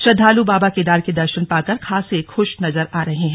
श्रद्दालु बाबा केदार के दर्शन पाकर खासे खुश नजर आ रहे हैं